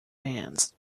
bands